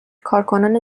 کارکنان